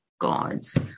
gods